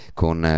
con